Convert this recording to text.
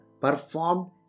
performed